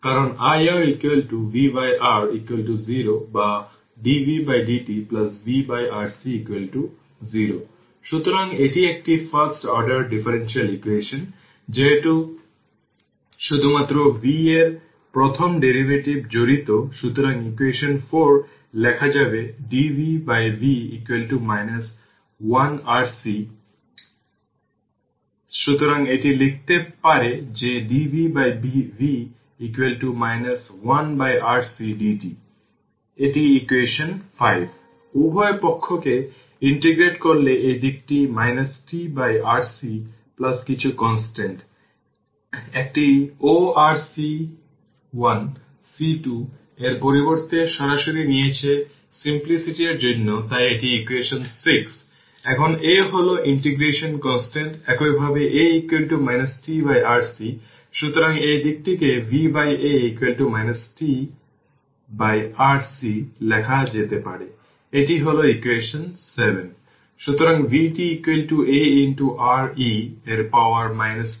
অন্য কথায় সার্কিটকে তার স্টাডি স্টেট এ পৌঁছতে t 5 τ লাগে যখন সময়ের সাথে কোনো পরিবর্তন না ঘটে তখন r লাগে না তার মানে এই গ্রাফ এর জন্য যদি এটি τ পর্যন্ত যায় 2 τ থেকে 3 τ পর্যন্ত